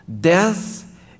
Death